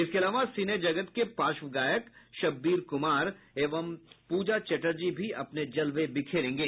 इसके अलावा सिने जगत के पार्श्व गायक शब्बीर कुमार एवं पूजा चटर्जी भी अपने जलवे बिखरेंगे